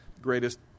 greatest